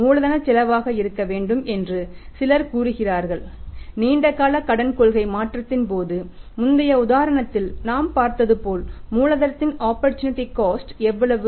மூலதனச் செலவாக இருக்க வேண்டும் என்று சிலர் கூறுகிறார்கள் நீண்ட கால கடன் கொள்கை மாற்றத்தின் போது முந்தைய உதாரணத்தில் நாம் பார்த்தது போல் மூலதனத்தின் ஆப்பர்சூனிட்டி காஸ்ட் எவ்வளவு